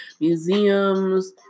museums